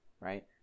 right